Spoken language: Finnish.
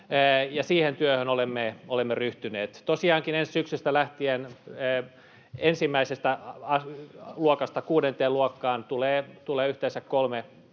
siihen työhön olemme ryhtyneet. Tosiaankin ensi syksystä lähtien ensimmäisestä luokasta kuudenteen luokkaan tulee yhteensä kolme